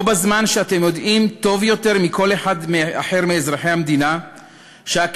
בו-בזמן שאתם יודעים יותר טוב מכל אחד אחר מאזרחי המדינה שהקיפאון